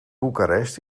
bucharest